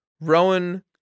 Rowan